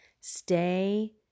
Stay